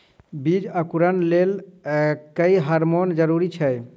बीज अंकुरण लेल केँ हार्मोन जरूरी छै?